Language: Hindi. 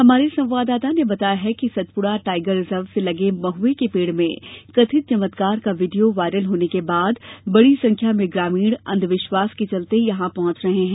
हमारे संवाददाता ने बताया कि सतपुड़ा टाईगर रिजर्व से लगे महए के पेड़ में कथित चमत्कार का वीडियो वायरल होने के बाद बड़ी सेंख्या में ग्रामीण अंधविश्वास के चलते यहां पहुंच रहे हैं